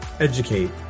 educate